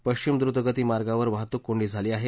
पश्चिम द्रतगती मार्गावर वाहतूक कोंडी झाली आहे